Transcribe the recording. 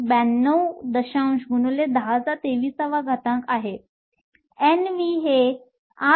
92 x 1023 आहे Nv हे 8